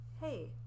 hey